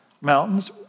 Mountains